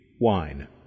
Wine